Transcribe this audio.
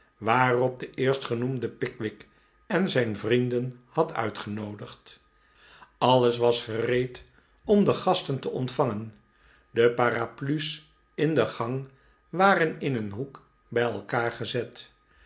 waarop de eerstgenoemde pickwick en zijn vrienden had uitgenoodigd alles was gereed om de gasten te ontvangen de paraplu's in de gang waren in een hoek bij elkaar gezet